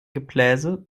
gebläse